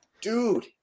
dude